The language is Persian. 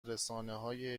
رسانههای